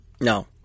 No